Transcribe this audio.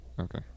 Okay